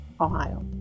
Ohio